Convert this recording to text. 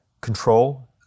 Control